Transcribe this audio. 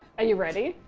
are you ready?